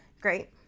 Great